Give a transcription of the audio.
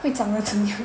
会长得怎样